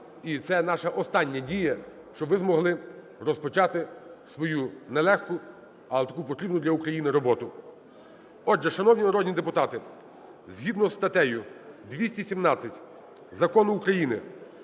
і це наша остання дія, щоб ви змогли розпочати свою нелегку, але таку потрібну для України роботу. Отже, шановні народні депутати, згідно зі статтею 217 Закону України